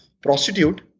prostitute